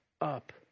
up